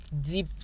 deep